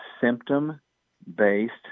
symptom-based